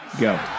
go